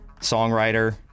songwriter